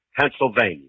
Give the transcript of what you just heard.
Pennsylvania